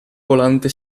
volante